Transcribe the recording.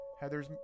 Heather's